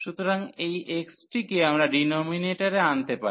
সুতরাং এই x টিকে আমরা ডিনোমিনেটরে আনতে পারি